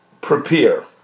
prepare